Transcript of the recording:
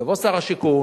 יבוא שר השיכון,